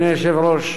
אדוני היושב-ראש,